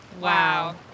Wow